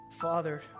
Father